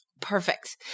Perfect